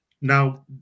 now